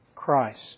Christ